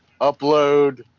upload